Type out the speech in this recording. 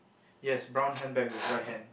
yes brown handbag with right hand